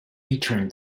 featuring